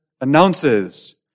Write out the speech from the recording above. announces